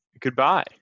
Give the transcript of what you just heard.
goodbye